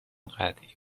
قطعی